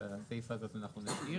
את הסעיף הזה אנחנו נשאיר.